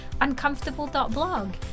uncomfortable.blog